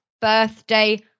birthday